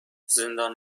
زندان